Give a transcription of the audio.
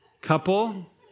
Couple